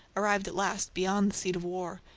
arrived at last beyond the seat of war,